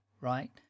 right